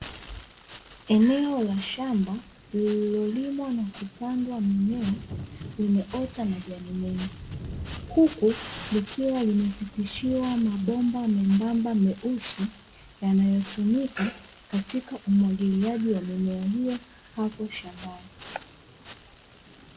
Eneo la shamba lililolimwa na kupandwa mimea, limeota majani mengi. Huku likiwa limepitishiwa mabomba membamba meusi, yanayotumika katika umwagiliaji wa mimea hiyo hapo shambani.